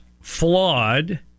flawed